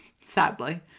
sadly